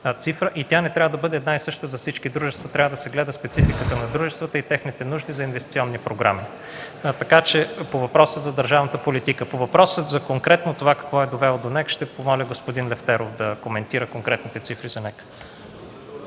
цифра и тя не трябва да бъде една и съща за всички дружества. Трябва да се гледа спецификата на дружествата и техните нужди за инвестиционни програми. Това е по въпроса за държавната политика. По въпроса конкретно това какво е довело до НЕК, ще помоля господин Лефтеров да коментира конкретните цифри.